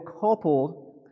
coupled